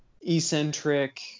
eccentric